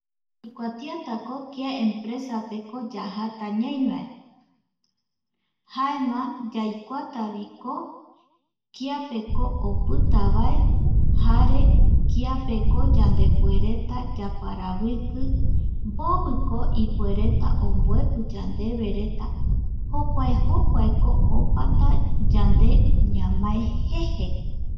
Yaikuata kia empresapeko yajata ñaivae jaema yaikuataviko kiape ko opitavae, jare kiapeko yandepuereta yaparaviki moviko ipuereta omboepi yandevereta jokua jokuako opata yande ñamae jeje